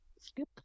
skip